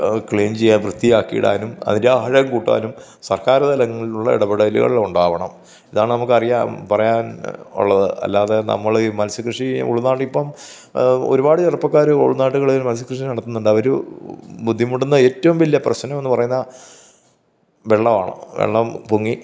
അത് ക്ലീന് ചെയ്യാന് വൃത്തിയാക്കി ഇടാനും അതിന്റെ ആഴം കൂട്ടാനും സര്ക്കാര് തലങ്ങളിലുള്ള ഇടപെടലുകള് ഉണ്ടാവണം ഇതാണ് നമുക്കറിയാൻ പറയാന് ഉള്ളത് അല്ലാതെ നമ്മൾ ഈ മത്സ്യക്കൃഷി ഉള്നാട്ടില് ഇപ്പം ഒരുപാട് ചെറുപ്പക്കാര് ഉള്നാടുകളില് മത്സ്യക്കൃഷി നടത്തുന്നുണ്ട് അവര് ബുദ്ധിമുട്ടുന്ന ഏറ്റവും വലിയ പ്രശ്നമെന്ന് പറയുന്നത് വെള്ളവാണ് വെള്ളം പൊങ്ങി